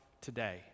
today